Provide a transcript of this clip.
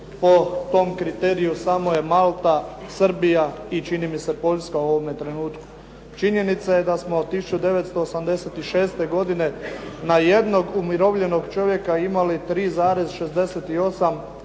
po tom kriteriju samo je Malta, Srbija i čini mi se Poljska u ovome trenutku. Činjenica je da smo od 1986. godine na jednog umirovljenika imali 3,68